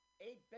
Eight